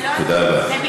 תודה לך.